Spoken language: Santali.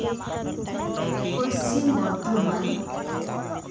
ᱯᱚᱥᱪᱤᱢ ᱵᱚᱨᱫᱷᱚᱢᱟᱱ